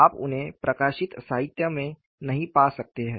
आप उन्हें प्रकाशित साहित्य में नहीं पा सकते हैं